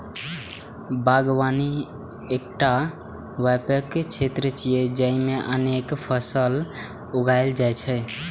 बागवानी एकटा व्यापक क्षेत्र छियै, जेइमे अनेक फसल उगायल जाइ छै